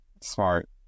Smart